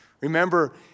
Remember